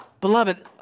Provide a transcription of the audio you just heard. Beloved